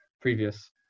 previous